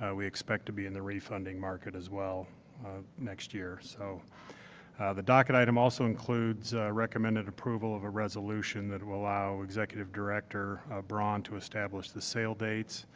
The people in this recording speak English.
ah we expect to be in the refunding market is well next year. so the docket item also includes recommended approval of a resolution that will allow executive director ah of two establish the sale dates